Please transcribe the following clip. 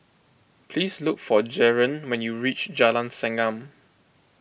please look for Jaron when you reach Jalan Segam